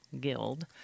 guild